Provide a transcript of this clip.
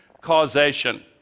causation